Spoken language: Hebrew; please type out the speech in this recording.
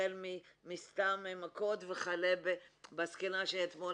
החל מסתם מכות וכלה בזקנה שאתמול